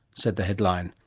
said the headline.